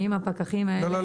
האם הפקחים האלה --- לא.